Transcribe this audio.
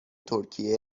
ترکیه